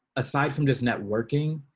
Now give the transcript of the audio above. aside from just networking.